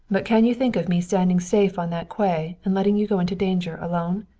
but can you think of me standing safe on that quay and letting you go into danger alone?